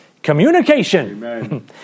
Communication